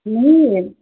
नहीं है ये